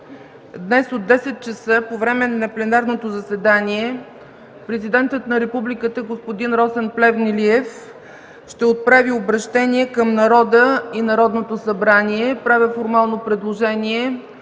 днес от 10,00 ч. по време на пленарното заседание президентът на Републиката господин Росен Плевнелиев ще отправи обръщение към народа и Народното събрание. Правя формално предложение